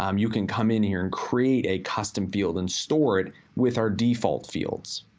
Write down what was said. um you can come in here, and create a custom field, and store it with our default fields.